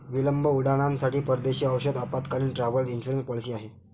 विलंब उड्डाणांसाठी परदेशी औषध आपत्कालीन, ट्रॅव्हल इन्शुरन्स पॉलिसी आहे